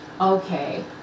okay